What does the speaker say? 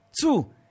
Two